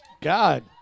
God